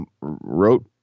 wrote